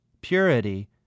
purity